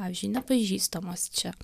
pavyzdžiui nepažįstamos čia